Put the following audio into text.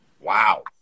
Wow